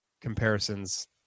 Comparisons